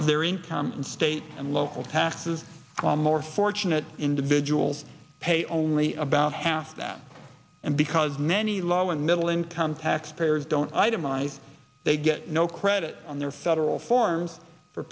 of their incomes in state and local taxes more fortunate individuals pay only about half that and because many low and middle income taxpayers don't itemize they get no credit on their federal form for